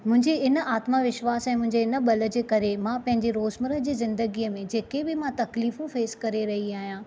मुंहिजे हिन आत्मविश्वास ऐ मुंहिंजे हिन ब॒ल जे करे मां पंहिंजे रोज़मर्रा जी ज़िंदगीअ में जेके बि मां तकलीफ़ूं फ़ेस करे रही आहियां